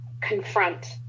confront